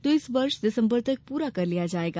जो इस वर्ष दिसम्बर तक पूरा कर लिया जायेगा